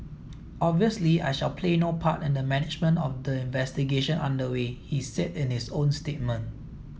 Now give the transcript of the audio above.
obviously I shall play no part in the management of the investigation under way he said in his own statement